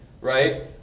right